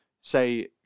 say